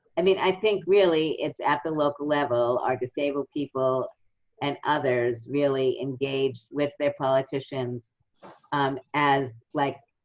i mean i think really, it's at the local level. are disabled people and others really engaged with their politicians as, like,